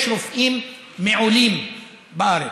יש רופאים מעולים בארץ,